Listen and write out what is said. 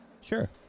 Sure